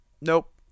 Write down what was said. Nope